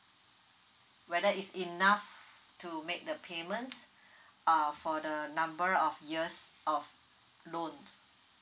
whether it's enough to make the payment uh for the number of years of loan